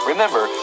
Remember